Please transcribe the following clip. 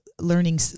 learning